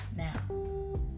Now